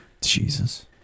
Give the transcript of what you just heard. Jesus